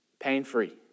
Pain-free